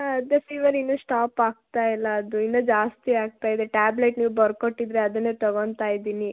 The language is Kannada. ಹಾಂ ಅದೇ ಫೀವರ್ ಇನ್ನು ಸ್ಟಾಪ್ ಆಗ್ತಾ ಇಲ್ಲ ಅದು ಇನ್ನು ಜಾಸ್ತಿ ಆಗ್ತಾ ಇದೆ ಟಾಬ್ಲೆಟ್ ನೀವು ಬರ್ಕೊಟ್ಟಿದ್ದಿರಿ ಅದನ್ನೇ ತೊಗೋತಾ ಇದ್ದೀನಿ